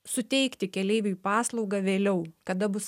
suteikti keleiviui paslaugą vėliau kada bus